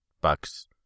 bucks